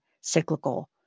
cyclical